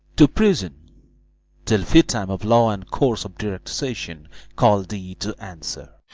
to prison till fit time of law and course of direct session call thee to answer.